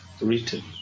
written